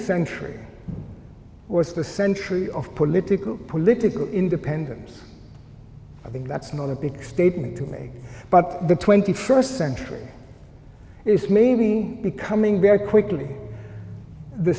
century was the century of political political independence i think that's not a big statement to make but the twenty first century is maybe becoming very quickly the